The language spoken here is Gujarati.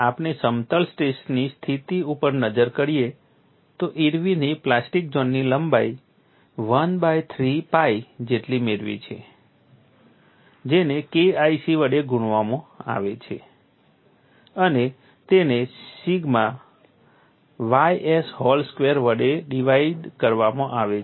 આપણે સમતલ સ્ટ્રેસની સ્થિતિ ઉપર નજર કરીએ તો ઇર્વિને પ્લાસ્ટિક ઝોનની લંબાઇ 1 બાય 3 pi જેટલી મેળવી છે જેને KIC વડે ગુણવામાં આવે છે અને તેને સિગ્મા ys હૉલ સ્ક્વેર વડે ડિવાઇડ કરવામાં આવે છે